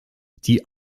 die